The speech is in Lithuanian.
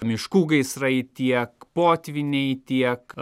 miškų gaisrai tiek potvyniai tiek